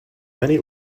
many